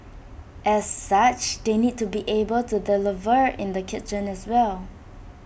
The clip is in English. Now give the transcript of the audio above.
as such they need to be able to deliver in the kitchen as well